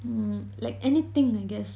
um like anything I guess